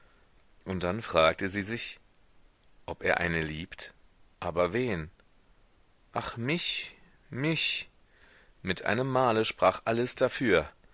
und dann fragte sie sich ob er eine liebt aber wen ach mich mich mit einem male sprach alles dafür